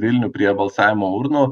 vilnių prie balsavimo urnų